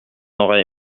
aurait